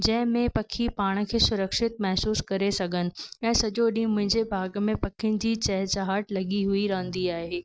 जंहिंमें पखी पाण खे सुरक्षित महिसूसु करे सघनि ऐं सॼो ॾींहुं मुंहिंजे बाग़ में पखियुनि जी चहेचहाट लॻी हुई रहंदी आहे